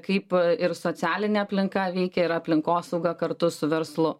kaip ir socialinė aplinka veikia ir aplinkosauga kartu su verslu